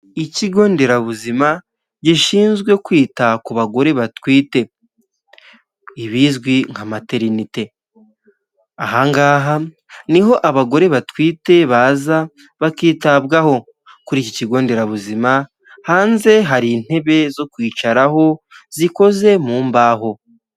Ikigo nderabuzima gishinzwe kwita ku bagore batwite ibizwi nka materinite a aha niho abagore batwite baza bakitabwaho kuri iki kigo nderabuzima hanze hari intebe zo kwicaraho zikoze m'imbaho.